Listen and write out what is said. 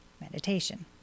meditation